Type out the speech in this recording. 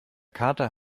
kater